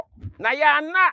Nayana